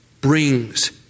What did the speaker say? brings